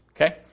Okay